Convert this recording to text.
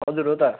हजुर हो त